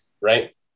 right